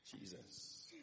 Jesus